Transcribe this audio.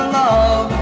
love